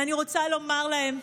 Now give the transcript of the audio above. ואני רוצה לומר להן: